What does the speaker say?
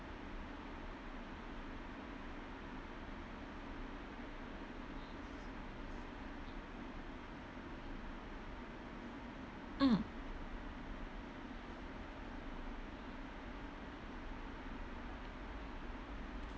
mm